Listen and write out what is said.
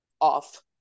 off